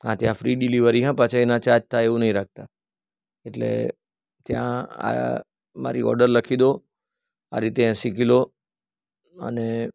હા ત્યાં free delivery હ પાછા એના ચાર્જ થાય એવું નહીં રાખતા એટલે ત્યાં મારી ઓર્ડર લખી દો આ રીતે એંસી કિલો અને